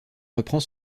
reprend